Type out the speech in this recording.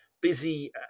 busy